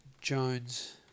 Jones